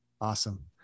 Awesome